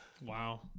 wow